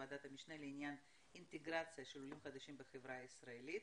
ועדת משנה לעניין אינטגרציה של עולים חדשים בחברה הישראלית.